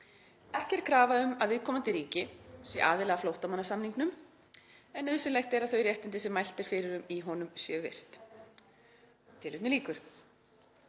Ekki er gerð krafa um að viðkomandi ríki sé aðili að flóttamannasamningnum en nauðsynlegt er að þau réttindi sem mælt er fyrir um í honum séu virt.“ Ef þetta væri